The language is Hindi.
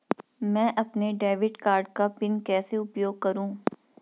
मैं अपने डेबिट कार्ड का पिन कैसे उपयोग करूँ?